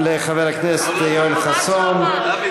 מה 2018?